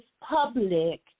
public